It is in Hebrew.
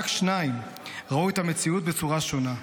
רק שניים ראו את המציאות בצורה שונה,